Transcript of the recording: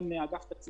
איך אתה מקבל את זה